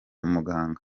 muganga